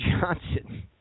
Johnson